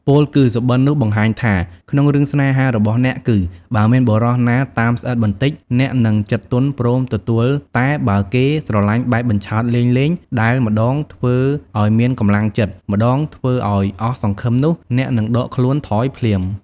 ពោលគឺ សុបិន្តនោះបង្ហាញថា ក្នុងរឿងស្នេហារបស់អ្នកគឺ បើមានបុរសណាតាមស្អិតបន្តិចអ្នកនឹងចិត្តទន់ព្រមទទួលតែបើគេ ស្រឡាញ់បែបបញ្ឆោតលេងៗ ដែលម្តងធ្វើឲ្យមានកម្លាំងចិត្ត ម្តងធ្វើឲ្យអស់សង្ឃឹមនោះ អ្នកនឹងដកខ្លួនថយភ្លាម។